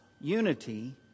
unity